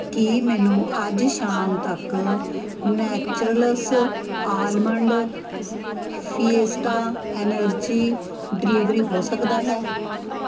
ਕੀ ਮੈਨੂੰ ਅੱਜ ਸ਼ਾਮ ਤੱਕ naturals almond fiesta energy delivery ਹੋ ਸਕਦਾ ਹੈ